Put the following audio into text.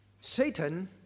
Satan